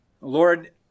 Lord